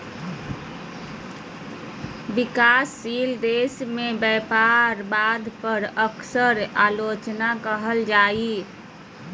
विकासशील देश में व्यापार बाधा पर अक्सर आलोचना कइल जा हइ